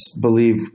believe